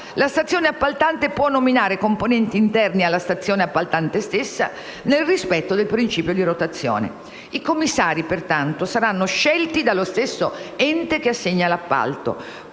la stazione appaltante può nominare componenti interni alla stazione appaltante stessa, nel rispetto del principio di rotazione. I commissari, pertanto, saranno scelti dallo stesso ente che assegna l'appalto.